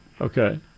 Okay